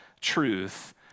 truth